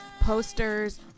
posters